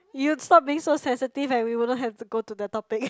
you stop being so sensitive and we wouldn't have to go to the topic